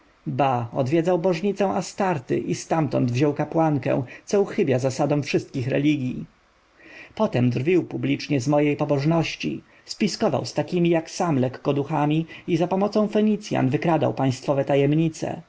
ba odwiedzał bożnicę astarty i stamtąd wziął kapłankę co uchybia zasadom wszystkich religij potem drwił publicznie z mojej pobożności spiskował z takimi jak sam lekkoduchami i zapomocą fenicjan wykradał państwowe tajemnice